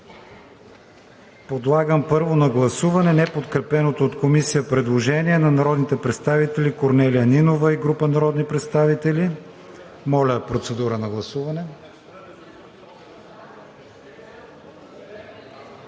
Подлагам първо на гласуване неподкрепеното от Комисията предложение на народните представители Корнелия Нинова и група народни представители. Гласували